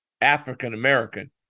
African-American